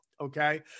okay